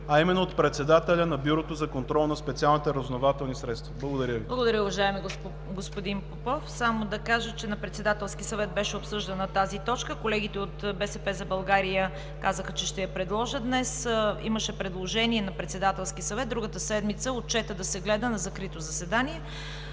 а именно от председателя на Бюрото за контрол на специалните разузнавателни средства. Благодаря Ви. ПРЕДСЕДАТЕЛ ЦВЕТА КАРАЯНЧЕВА: Благодаря Ви, уважаеми господин Попов. На Председателския съвет беше обсъждана тази точка – колегите от „БСП за България“ казаха, че ще я предложат днес. Имаше предложение на Председателския съвет другата седмица отчетът да се гледа на закрито заседание.